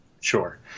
Sure